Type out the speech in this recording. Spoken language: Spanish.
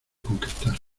conquistar